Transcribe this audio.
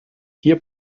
hier